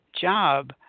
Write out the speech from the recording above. job